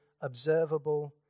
observable